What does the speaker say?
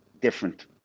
different